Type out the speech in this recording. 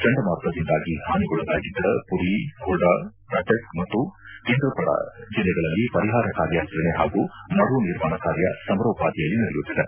ಚಂಡಮಾರುತದಿಂದಾಗಿ ಹಾನಿಗೊಳಗಾಗಿದ್ದ ಪುರಿ ಖುರ್ಡಾ ಕಟಕ್ ಮತ್ತು ಕೇಂದ್ರಪಡ ಜಿಲ್ಲೆಗಳಲ್ಲಿ ಪರಿಹಾರ ಕಾರ್ಯಾಚರಣೆ ಹಾಗೂ ಮರುನಿರ್ಮಾಣ ಕಾರ್ಯ ಸಮರೋಪಾದಿಯಲ್ಲಿ ನಡೆಯುತ್ತಿದೆ